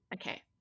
Okay